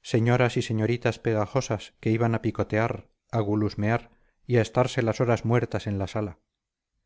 señoras y señoritas pegajosas que iban a picotear a gulusmear y a estarse las horas muertas en la sala